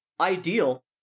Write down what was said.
ideal